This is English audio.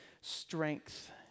strength